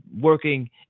working